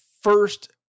first